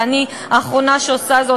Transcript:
ואני האחרונה שעושה זאת,